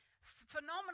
phenomenal